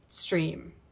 stream